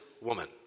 woman